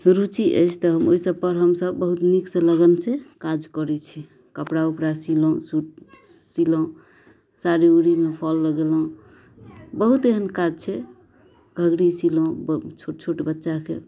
रुचि अछि तऽ हम ओहि सब पर हमसब बहुत नीक से लगन से काज करै छी कपड़ा उपड़ा सीलहुॅं सूट सिलहुॅं साड़ी उड़ी मे फल लगेलहुॅं बहुत एहन काज छै घगड़ी सीलहुॅं छोट छोट बच्चाके